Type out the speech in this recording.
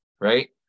right